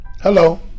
Hello